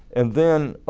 and then